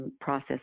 process